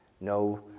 No